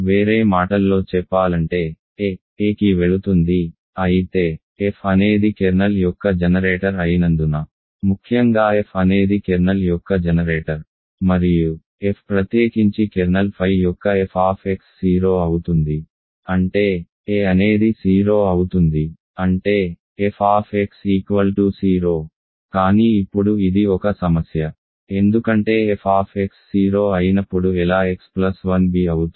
కాబట్టి వేరే మాటల్లో చెప్పాలంటే a a కి వెళుతుంది అయితే f అనేది కెర్నల్ యొక్క జనరేటర్ అయినందున ముఖ్యంగా f అనేది కెర్నల్ యొక్క జనరేటర్ మరియు f ప్రత్యేకించి కెర్నల్ phi యొక్క f 0 అవుతుంది అంటే a అనేది 0 అవుతుంది అంటే f 0 కానీ ఇప్పుడు ఇది ఒక సమస్య ఎందుకంటే f 0 అయినప్పుడు ఎలా x ప్లస్ 1 b అవుతుంది